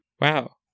Wow